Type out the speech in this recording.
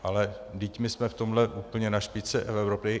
Ale vždyť my jsme v tomhle úplně na špičce Evropy.